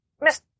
Miss